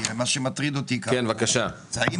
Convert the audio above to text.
האם